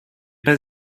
pas